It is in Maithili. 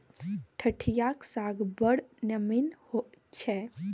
ठढियाक साग बड़ नीमन होए छै